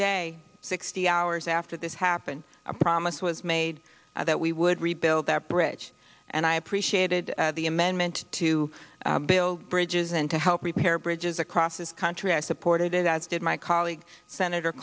day sixty hours after this happened a promise was made that we would rebuild that bridge and i appreciated the amendment to build bridges and to help repair bridges across this country i supported it as did my colleague senator